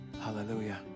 Hallelujah